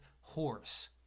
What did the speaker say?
horse